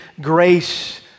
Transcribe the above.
grace